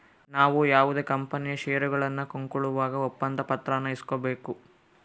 ನಾವು ಯಾವುದೇ ಕಂಪನಿಯ ಷೇರುಗಳನ್ನ ಕೊಂಕೊಳ್ಳುವಾಗ ಒಪ್ಪಂದ ಪತ್ರಾನ ಇಸ್ಕೊಬೇಕು